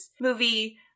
movie